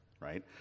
right